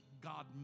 God